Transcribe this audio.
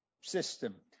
system